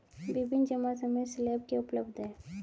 विभिन्न जमा समय स्लैब क्या उपलब्ध हैं?